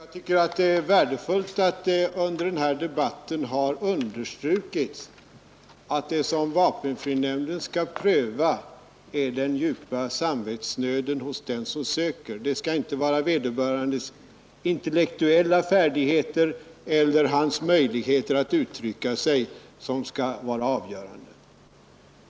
Herr talman! Jag tycker att det är värdefullt att det under denna debatt understrukits att det som vapenfrinämnden skall pröva är den djupa samvetsnöden hos den som söker. Det skall inte vara vederbörandes intellektuella färdigheter eller hans möjligheter att uttrycka sig som skall vara avgörande.